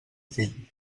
fill